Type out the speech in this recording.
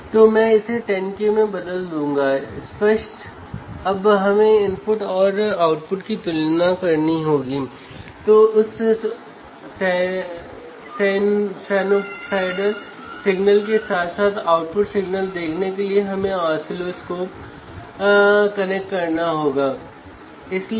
और हमें आउटपुट के 0 वोल्ट होने की उम्मीद करनी चाहिए